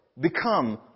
become